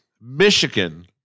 Michigan